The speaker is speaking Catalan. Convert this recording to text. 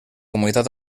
comunitat